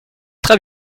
très